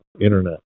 internet